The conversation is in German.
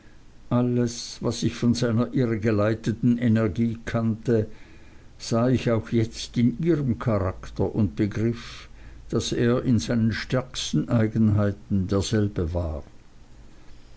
alles was ich von seiner irregeleiteten energie kannte sah ich auch jetzt in ihrem charakter und begriff daß er in seinen stärksten eigenheiten derselbe war